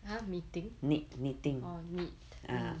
!huh! meeting orh knit